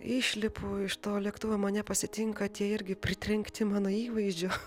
išlipu iš to lėktuvo mane pasitinka tie irgi pritrenkti mano įvaizdžio